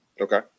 Okay